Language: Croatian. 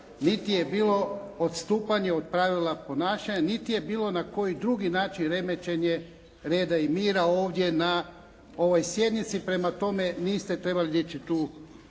niti je bilo odstupanje od pravila ponašanja, niti je bilo na koji drugi način remećenje reda i mira ovdje na ovoj sjednici. Prema tome, niste trebali dići tu